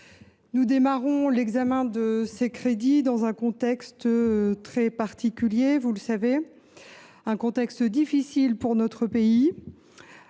Nous démarrons l’examen de ces crédits dans un contexte très particulier, vous le savez, un contexte difficile pour notre pays,